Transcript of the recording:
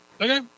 Okay